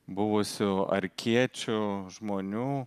buvusių arkiečių žmonių